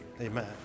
amen